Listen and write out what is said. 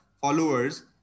followers